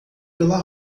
pela